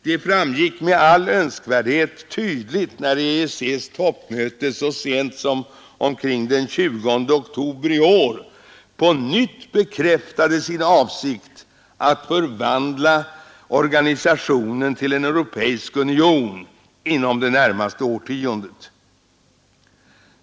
Det framgick med all önskvärd tydlighet när EEC:s toppmöte så sent som omkring den 20 oktober i år på nytt bekräftade sin avsikt att förvandla organisationen till en europeisk union inom det närmaste årtiondet.